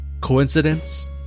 Coincidence